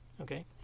Okay